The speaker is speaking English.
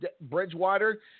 Bridgewater